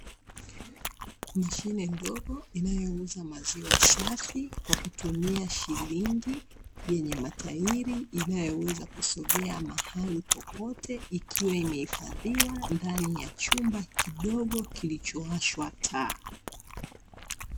Mashine ndogo inayouza maziwa safi kwa kutumia shilingi, yenye matairi inayowezo kusogea mahali popote, ikiwa imehifadhiwa ndani ya chumba kidogo kilichowashwa taa.